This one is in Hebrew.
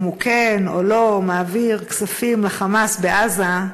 אם הוא כן או לא מעביר כספים ל"חמאס" בעזה,